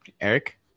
Eric